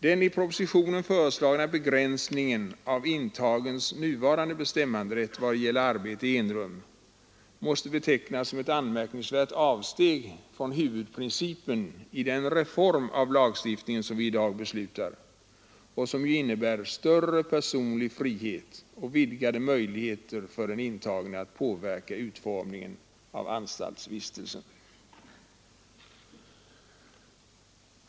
Den i propositionen föreslagna begränsningen av intagens nuvarande bestämmanderätt i vad gäller arbete i enrum måste betecknas som ett anmärkningsvärt avsteg från huvudprincipen i den reform av lagstiftningen som vi i dag beslutar och som ju innebär större personlig frihet och vidgade möjligheter för den intagne att påverka utformningen av anstaltsvistelsen.